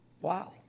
Wow